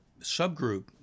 subgroup